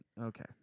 Okay